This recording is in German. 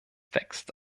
wächst